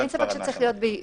אין ספק שצריכה להיות בהירות.